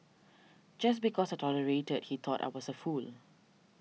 just because I tolerated he thought I was a fool